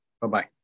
Bye-bye